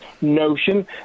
notion